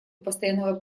постоянного